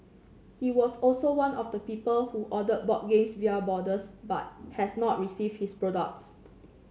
he was also one of the people who ordered board games via boarders but has not received his products